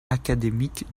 académiques